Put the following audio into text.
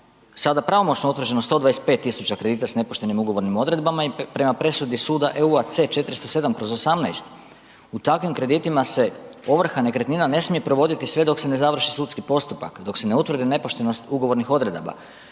sada pravomoćno utvrđeno 125 tisuća kredita s nepoštenim ugovornim odredbama i prema presudu suda EU-a C 407/18 u takvim kreditima se ovrha nekretnina ne smije provoditi sve dok se ne završi sudski postupak, dok se ne utvrdi nepoštenost ugovornih odredaba,